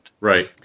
Right